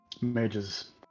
mage's